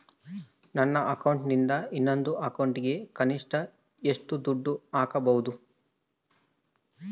ನನ್ನ ಅಕೌಂಟಿಂದ ಇನ್ನೊಂದು ಅಕೌಂಟಿಗೆ ಕನಿಷ್ಟ ಎಷ್ಟು ದುಡ್ಡು ಹಾಕಬಹುದು?